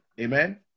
Amen